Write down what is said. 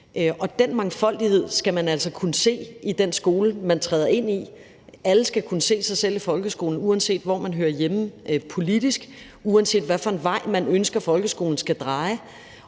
og den mangfoldighed skal man altså kunne se i den skole, man træder ind i. Alle skal kunne se sig selv i folkeskolen, uanset hvor man hører hjemme politisk, uanset hvad for en vej, man ønsker folkeskolen skal dreje